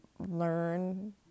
Learn